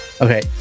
okay